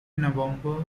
november